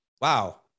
wow